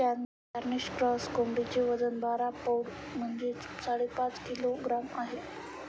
Cornish cross कोंबडीचे वजन बारा पौंड म्हणजेच साडेपाच किलोग्रॅम आहे